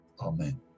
Amen